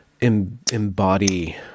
embody